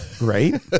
Right